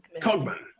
Cogman